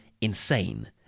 insane